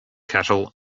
cattle